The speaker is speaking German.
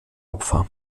opfer